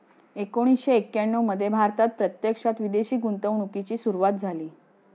एकोणीसशे एक्याण्णव मध्ये भारतात प्रत्यक्षात विदेशी गुंतवणूकीची सुरूवात झाली